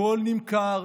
הכול נמכר,